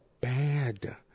bad